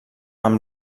amb